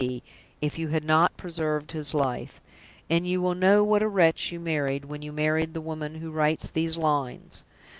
if you had not preserved his life and you will know what a wretch you married when you married the woman who writes these lines.